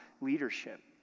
leadership